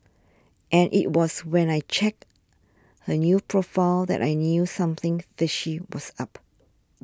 and it was when I checked her new profile that I knew something fishy was up